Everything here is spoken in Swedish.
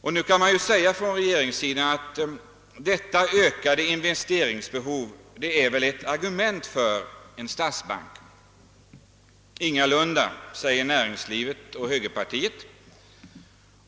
Man kanske säger från regeringens sida att detta ökade investeringsbehov just är ett argument för en statsbank. Ingalunda, säger näringslivet och: högerpartiet.